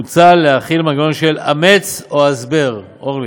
מוצע להחיל מנגנון של "אמץ או הסבר", אורלי,